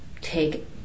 take